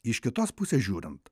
iš kitos pusės žiūrint